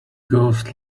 ghost